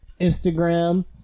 Instagram